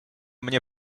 mnie